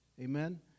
Amen